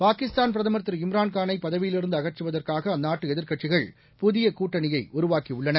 பாகிஸ்தான் பிரதமர் திரு இம்ரான்காணை பதவியிலிருந்து அகற்றுவதற்காக அந்நாட்டு எதிர்க்கட்சிகள் புதிய கூட்டணியை உருவாக்கியுள்ளன